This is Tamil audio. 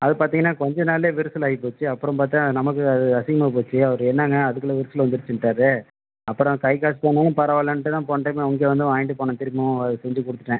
அது பார்த்தீங்கன்னா கொஞ்ச நாள்லே விரிசல் ஆகிப்போச்சி அப்புறம் பார்த்தா நமக்கு அது அசிங்கமாக போச்சி அவரு என்னங்க அதுக்குள்ளே விரிசல் விழுந்துருச்சின்ட்டாரு அப்புறம் கை காசு போனாலும் பரவாயில்லைன்ட்டு தான் போன டைம் நான் இங்கே வந்து வாங்கிட்டு போன திரும்பவும் அதை செய்து கொடுத்துட்டேன்